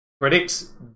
Critics